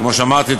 כמו שאמרתי,